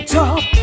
top